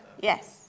Yes